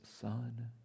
son